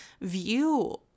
view